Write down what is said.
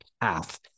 path